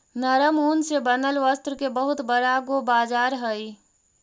नरम ऊन से बनल वस्त्र के बहुत बड़ा गो बाजार हई